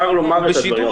צר לי לומר את הדברים,